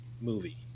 movie